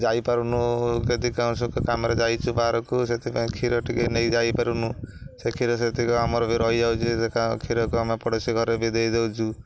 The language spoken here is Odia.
ଯାଇପାରୁନୁ କେଦି କୌଣସି କାମରେ ଯାଇଛୁ ବାହାରକୁ ସେଥିପାଇଁ କ୍ଷୀର ଟିକେ ନେଇ ଯାଇପାରୁନୁ ସେ କ୍ଷୀର ସେତିକ ଆମର ବି ରହିଯାଉଛି ସେ କ୍ଷୀରକୁ ଆମେ ପଡ଼ୋଶୀ ଘରେ ବି ଦେଇଦଉଛୁ